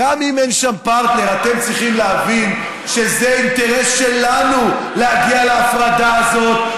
אתם צריכים להבין שזה אינטרס שלנו להגיע להפרדה הזאת.